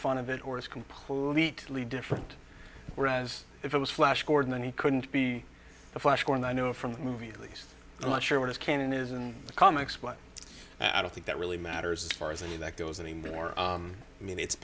fun of it or it's completely different whereas if it was flash gordon and he couldn't be the flash going i know him from the movie at least i'm not sure what his canon is in the comics but i don't think that really matters as far as any that goes anymore i mean it's